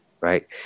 right